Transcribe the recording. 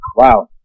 Wow